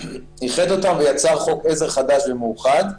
איחד אותם ויצר חוק עזר חדש ומאוחד.